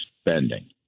spending